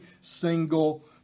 single